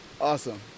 Awesome